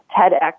TEDx